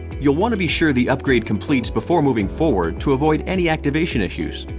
you'll wanna be sure the upgrade completes before moving forward to avoid any activation issues.